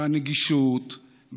בנגישות,